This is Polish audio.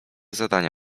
zadania